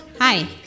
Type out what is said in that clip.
Hi